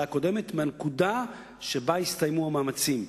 הקודמת מהנקודה שבה הסתיימו המאמצים.